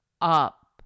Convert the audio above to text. up